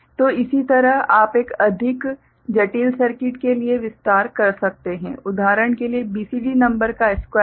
तो इसी तरह आप एक अधिक जटिल सर्किट के लिए विस्तार कर सकते हैं उदाहरण के लिए BCD नंबर का स्क्वायरिंग